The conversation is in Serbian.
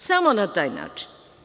Samo na taj način.